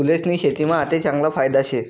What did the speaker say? फूलेस्नी शेतीमा आते चांगला फायदा शे